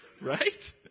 Right